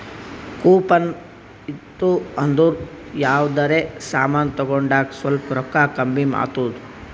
coupon ಇತ್ತು ಅಂದುರ್ ಯಾವ್ದರೆ ಸಮಾನ್ ತಗೊಂಡಾಗ್ ಸ್ವಲ್ಪ್ ರೋಕ್ಕಾ ಕಮ್ಮಿ ಆತ್ತುದ್